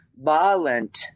violent